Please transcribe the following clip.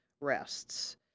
rests